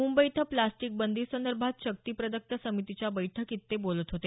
मुंबई इथं प्लास्टिक बंदीसंदर्भात शक्ती प्रदक्त समितीच्या बैठकीत ते बोलत होते